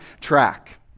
track